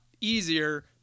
easier